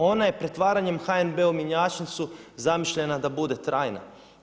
Ona je pretvaranjem HNB-a u mjenjačnicu zamišljena da bude trajna.